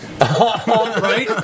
Right